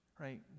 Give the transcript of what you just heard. right